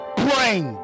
brain